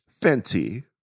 Fenty